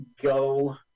go